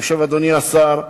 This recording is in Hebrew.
אדוני השר,